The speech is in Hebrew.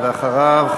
ואחריו,